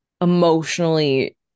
emotionally